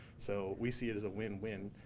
so we see it as a win-win,